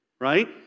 right